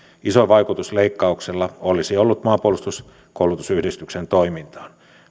isoin vaikutus leikkauksella olisi ollut maanpuolustuskoulutusyhdistyksen toimintaan